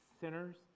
sinners